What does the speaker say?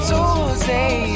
Tuesday